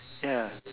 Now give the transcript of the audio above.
ya